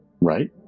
right